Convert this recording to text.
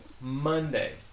Monday